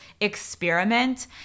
experiment